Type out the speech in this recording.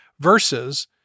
versus